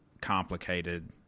complicated